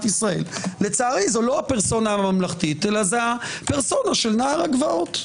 ישראל לצערי זו לא הפרסונה הממלכתית אלא הפרסונה של נער הגבעות.